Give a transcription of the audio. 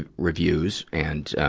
ah reviews, and, ah,